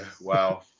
wow